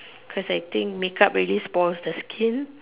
cause I think make up really spoils the skin